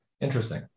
Interesting